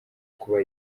kuba